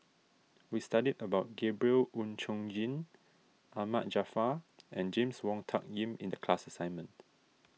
we studied about Gabriel Oon Chong Jin Ahmad Jaafar and James Wong Tuck Yim in the class assignment